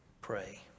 pray